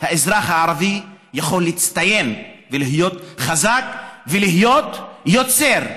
האזרח הערבי יכול להצטיין ולהיות חזק ולהיות יוצר.